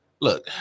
look